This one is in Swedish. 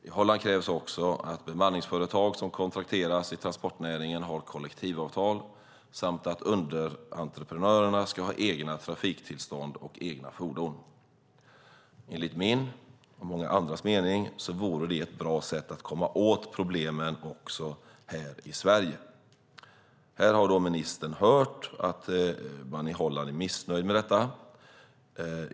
I Holland krävs också att bemanningsföretag som kontrakteras i transportnäringen har kollektivavtal och att underentreprenörerna har egna trafiktillstånd och egna fordon. Enligt min och många andras mening vore det ett bra sätt att komma åt problemen också här i Sverige. Ministern har hört att man är missnöjd med detta i Holland.